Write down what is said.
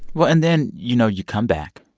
well, and then, you know, you come back.